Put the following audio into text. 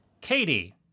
Katie